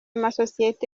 masosiyete